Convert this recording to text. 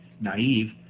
naive